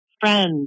friends